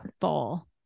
full